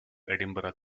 edinburgh